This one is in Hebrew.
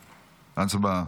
הצבעה.